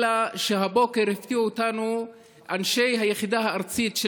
אלא שהבוקר הפתיעו אותנו אנשי היחידה הארצית של